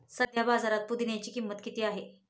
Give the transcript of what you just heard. सध्या बाजारात पुदिन्याची किंमत किती आहे?